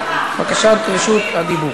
חבר הכנסת באסל גטאס,